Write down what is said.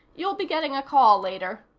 you'll be getting a call later.